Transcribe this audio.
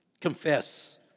confess